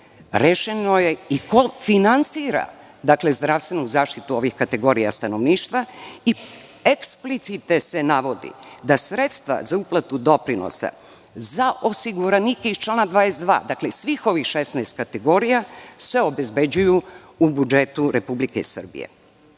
rešeno je i ko finansira zdravstvenu zaštitu ovih kategorija stanovništva i eksplicite se navodi da sredstva za uplatu doprinosa za osiguranike iz člana 22, iz svih ovih 16 kategorija, se obezbeđuju u budžetu Republike Srbije.U